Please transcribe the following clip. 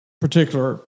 particular